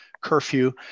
curfew